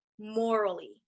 morally